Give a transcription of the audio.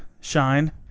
shine